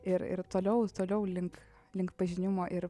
ir ir toliau toliau link link pažinimo ir